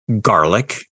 garlic